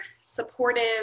supportive